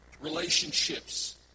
relationships